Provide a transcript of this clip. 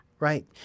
Right